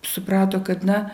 suprato kad na